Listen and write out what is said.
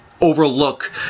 overlook